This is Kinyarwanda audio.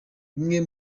bimwe